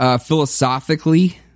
philosophically